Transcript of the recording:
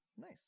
nice